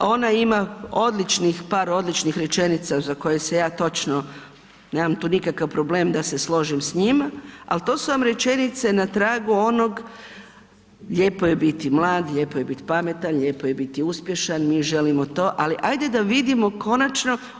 Ona ima par odličnih rečenica za koje ja nemam nikakav problem da se složim s njima, ali to su vam rečenice na tragu onog, lijepo je biti mlad, lijepo je biti pametan, lijepo je biti uspješan, mi želimo to, ali ajde da vidimo konačno.